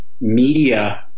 media